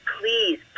please